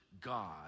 God